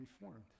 reformed